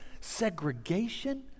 segregation